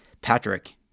Patrick